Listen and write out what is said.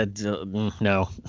No